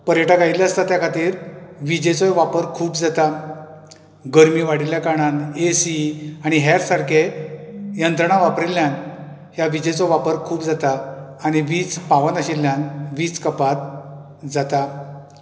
पर्यटक आयिल्ले आसता त्या खातीर विजेचो वापर खूब जाता गरमी वाडिल्या कारणान एसी आनी हेर सारके यंत्रणां वापरिल्यान ह्या विजेचो वापर खूब जाता आनी वीज पावनाशिल्यान वीज कपात जाता